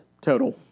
total